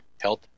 health